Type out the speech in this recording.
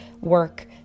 work